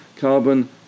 carbon